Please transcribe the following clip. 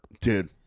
Dude